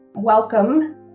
welcome